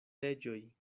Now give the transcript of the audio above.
leĝoj